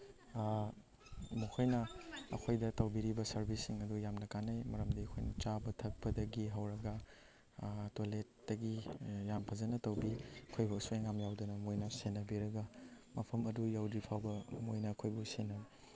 ꯃꯈꯣꯏꯅ ꯑꯩꯈꯣꯏꯗ ꯇꯧꯕꯤꯔꯤꯕ ꯁꯥꯔꯚꯤꯁꯁꯤꯡ ꯑꯗꯨ ꯌꯥꯝꯅ ꯀꯥꯟꯅꯩ ꯃꯔꯝꯗꯤ ꯑꯩꯈꯣꯏꯅ ꯆꯥꯕ ꯊꯛꯄꯗꯒꯤ ꯍꯧꯔꯒ ꯇꯣꯏꯂꯦꯠꯇꯒꯤ ꯌꯥꯝ ꯐꯖꯅ ꯇꯧꯕꯤ ꯑꯩꯈꯣꯏꯕꯨ ꯑꯁꯣꯏ ꯑꯉꯥꯝ ꯌꯥꯎꯗꯅꯕ ꯃꯣꯏꯅ ꯁꯦꯟꯅꯕꯤꯔꯒ ꯃꯐꯝ ꯑꯗꯨ ꯌꯧꯗ꯭ꯔꯤ ꯐꯥꯎꯕ ꯃꯣꯏꯅ ꯑꯩꯈꯣꯏꯕꯨ